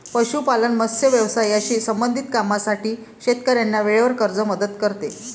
पशुपालन, मत्स्य व्यवसायाशी संबंधित कामांसाठी शेतकऱ्यांना वेळेवर कर्ज मदत करते